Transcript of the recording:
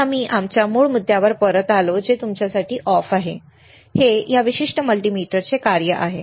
आणि आम्ही आमच्या मूळ मुद्द्यावर परत आलो जे तुमच्यासाठी बंद आहे हे या विशिष्ट मल्टीमीटरचे कार्य आहे